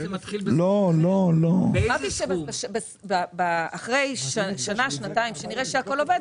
אמרתי שאחרי שנה-שנתיים כשנראה שהכול עובד,